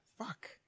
Fuck